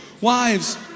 wives